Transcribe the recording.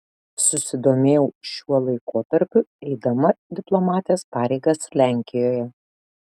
susidomėjau šiuo laikotarpiu eidama diplomatės pareigas lenkijoje